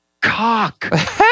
cock